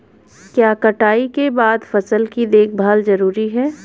क्या कटाई के बाद फसल की देखभाल जरूरी है?